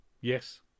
Yes